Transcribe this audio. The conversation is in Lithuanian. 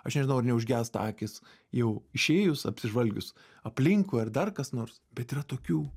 aš nežinauar neužgęsta akys jau išėjus apsižvalgius aplinkui ar dar kas nors bet yra tokių